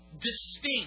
distinct